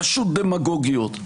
פשוט דמגוגיות,